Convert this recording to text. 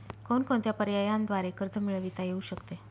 कोणकोणत्या पर्यायांद्वारे कर्ज मिळविता येऊ शकते?